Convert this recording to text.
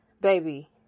baby